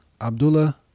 Abdullah